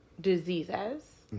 diseases